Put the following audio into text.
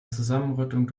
zusammenrottung